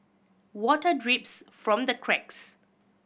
water drips from the cracks